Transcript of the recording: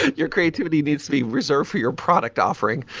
your creativity needs to be reserved for your product offering,